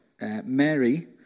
Mary